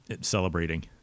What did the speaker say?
celebrating